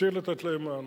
וצריך לתת להם מענה.